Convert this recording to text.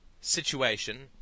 situation